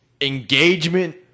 engagement